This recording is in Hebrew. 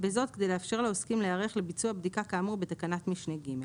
וזאת כדי לאפשר לעוסקים להיערך לביצוע בדיקה כאמור בתקנת משנה (ג).